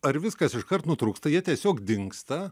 ar viskas iškart nutrūksta jie tiesiog dingsta